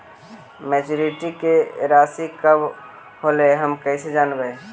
Maturity के रासि कब होलै हम कैसे जानबै?